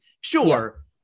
Sure